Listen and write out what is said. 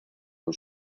con